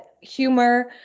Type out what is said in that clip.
humor